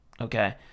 okay